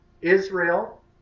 Israel